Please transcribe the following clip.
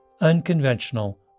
unconventional